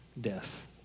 death